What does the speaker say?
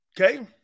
Okay